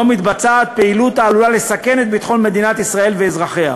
שבו מתבצעת פעילות העלולה לסכן את ביטחון מדינת ישראל ואזרחיה.